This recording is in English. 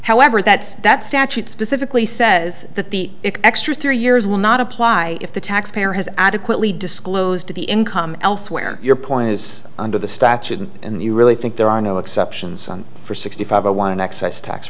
however that that statute specifically says that the extra three years will not apply if the taxpayer has adequately disclosed to the income elsewhere your point is under the statute and in the you really think there are no exceptions for sixty five or one excise tax